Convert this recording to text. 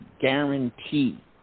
guarantee